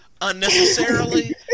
unnecessarily